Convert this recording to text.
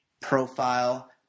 profile